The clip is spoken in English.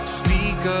speak